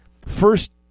first